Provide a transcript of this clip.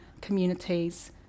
communities